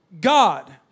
God